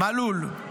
מלול,